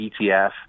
ETF